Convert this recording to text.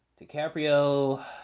DiCaprio